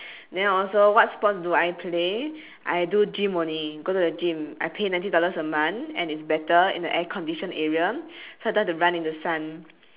then also what sports do I play I do gym only go to the gym I pay ninety dollars a month and it's better in a air condition area so I don't have to run in the sun